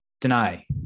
Deny